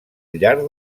llarg